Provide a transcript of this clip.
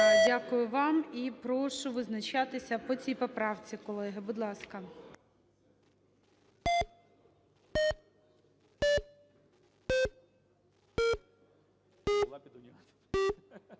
Дякую вам. І прошу визначатися по цій поправці, колеги, будь ласка.